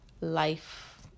life